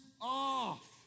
off